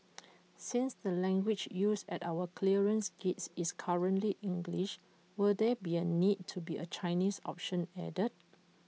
since the language used at our clearance gates is currently English will there be A need to be A Chinese option added